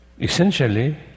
essentially